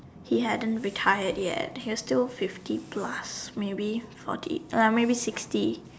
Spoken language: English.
he hadn't retired yet he's still fifty plus maybe forty uh maybe sixty